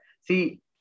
See